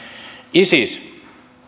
isis